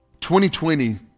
2020